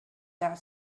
that